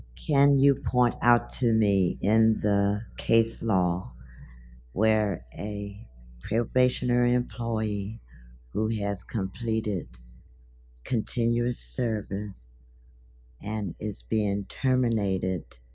can you point out to me in the case law where a probationary employee who has completed continuous service and is being terminated,